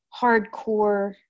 hardcore